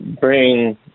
bring